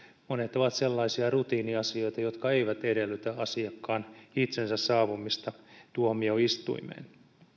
monet ovat sellaisia rutiiniasioita jotka eivät edellytä asiakkaan itsensä saapumista tuomioistuimeen